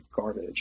garbage